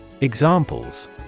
Examples